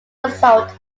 result